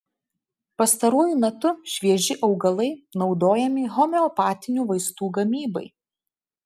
pastaruoju metu švieži augalai naudojami homeopatinių vaistų gamybai